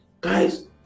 guys